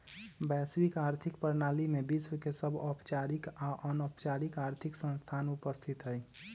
वैश्विक आर्थिक प्रणाली में विश्व के सभ औपचारिक आऽ अनौपचारिक आर्थिक संस्थान उपस्थित हइ